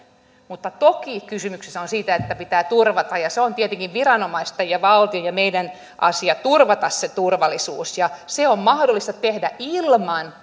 mutta toki kysymys on siitä että pitää turvata ja on tietenkin viranomaisten valtion ja meidän asia turvata se turvallisuus se on mahdollista tehdä ilman